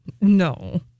No